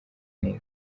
neza